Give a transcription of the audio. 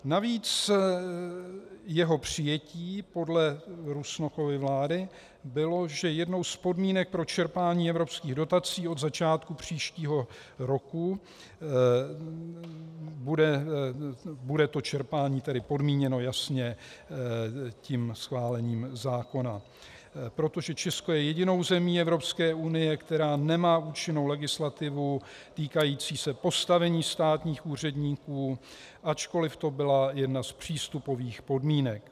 Navíc jeho přijetí podle Rusnokovy vlády bylo, že jednou z podmínek pro čerpání evropských dotací od začátku příštího roku bude, to čerpání tedy, podmíněno jasně tím schválením zákona, protože Česko je jedinou zemí Evropské unie, která nemá účinnou legislativu týkající se postavení státních úředníků, ačkoliv to byla jedna z přístupových podmínek.